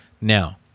Now